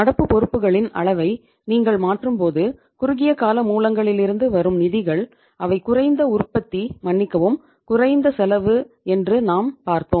நடப்பு பொறுப்புகளின் அளவை நீங்கள் மாற்றும்போது குறுகிய கால மூலங்களிலிருந்து வரும் நிதிகள் அவை குறைந்த உற்பத்தி மன்னிக்கவும் குறைந்த செலவு என்று நாம் பார்த்தோம்